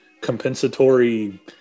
compensatory